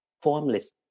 formless